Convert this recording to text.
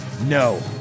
No